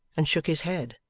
and shook his head.